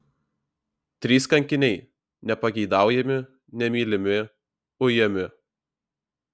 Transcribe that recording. trys kankiniai nepageidaujami nemylimi ujami